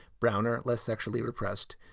browner, less sexually repressed,